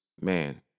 man